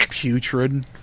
Putrid